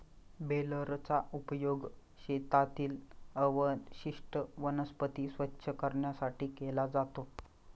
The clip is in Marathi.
बेलरचा उपयोग शेतातील अवशिष्ट वनस्पती स्वच्छ करण्यासाठी केला जातो